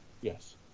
Yes